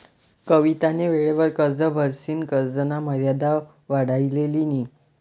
कवितानी वेळवर कर्ज भरिसन कर्जना मर्यादा वाढाई लिनी